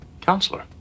Counselor